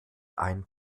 ein